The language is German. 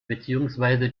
beziehungsweise